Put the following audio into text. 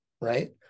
right